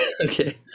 Okay